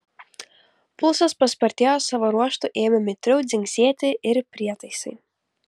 pulsas paspartėjo savo ruožtu ėmė mitriau dzingsėti ir prietaisai